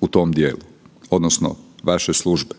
u tom dijelu odnosno vaše službe.